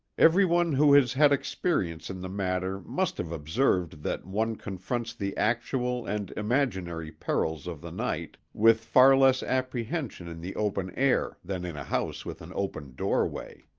everyone who has had experience in the matter must have observed that one confronts the actual and imaginary perils of the night with far less apprehension in the open air than in a house with an open doorway.